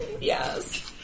Yes